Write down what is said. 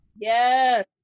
Yes